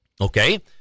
Okay